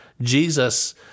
Jesus